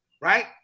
Right